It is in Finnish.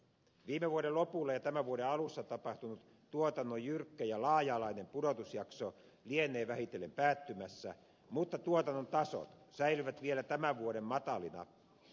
viime vuoden lopulla ja tämän vuoden alussa tapahtunut tuotannon jyrkkä ja laaja alainen pudotusjakso lienee vähitellen päättymässä mutta tuotannon tasot säilyvät vielä tämän vuoden matalina